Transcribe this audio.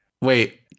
Wait